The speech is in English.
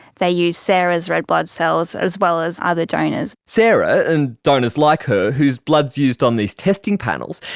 they use sarah's red blood cells as well as other donors. sarah and donors like her whose blood is used on these testing panels,